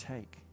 Take